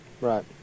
Right